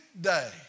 day